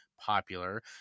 popular